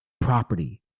property